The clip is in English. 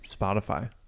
Spotify